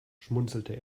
schmunzelte